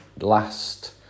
last